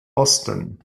osten